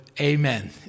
Amen